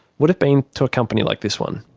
would have been to a company like this one.